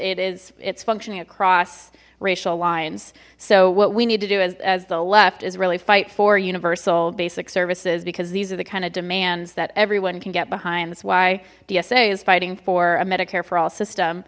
it is it's functioning across racial lines so what we need to do is as the left is really fight for universal basic services because these are the kind of demands that everyone can get behind this why dsa is fighting for a medicare for all system